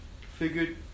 figured